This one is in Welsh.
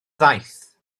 ddaeth